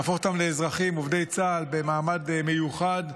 להפוך אותם לאזרחים עובדי צה"ל במעמד מיוחד,